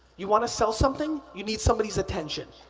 you wanna sell something? you need somebody's attention.